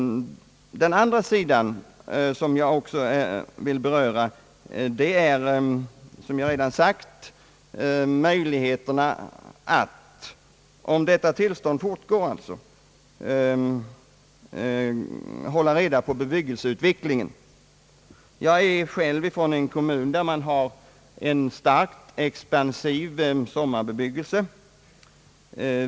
Den andra saken, som jag också vill beröra, gäller möjligheterna att — om nuvarande tillstånd fortgår — hålla reda på bebyggelseutvecklingen. Jag är själv från en kommun med en starkt expanderande sommarbebyggelse.